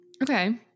Okay